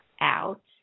out